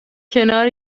کنار